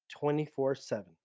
24-7